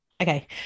okay